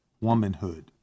womanhood